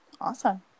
Awesome